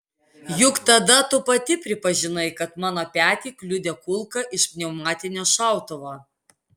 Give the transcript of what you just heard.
juk tada tu pati pripažinai kad mano petį kliudė kulka iš pneumatinio šautuvo